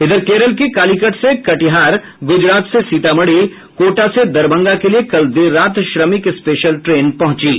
इधर करेल के कालीकट से कटिहार गुजरात से सीतामढ़ी कोटा से दरभंगा के लिए कल देर रात श्रमिक स्पेशल ट्रेन पहुंची है